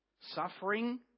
suffering